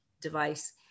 device